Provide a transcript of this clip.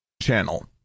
channel